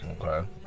Okay